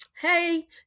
hey